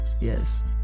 yes